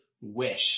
wish